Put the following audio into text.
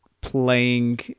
playing